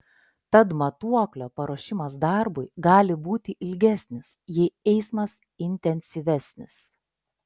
tad matuoklio paruošimas darbui gali būti ilgesnis jei eismas intensyvesnis